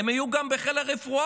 הם יהיו גם בחיל הרפואה,